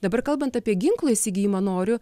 dabar kalbant apie ginklo įsigijimą noriu